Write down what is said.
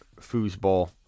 foosball